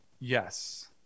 Yes